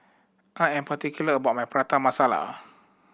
I am particular about my Prata Masala